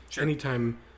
anytime